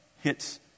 hits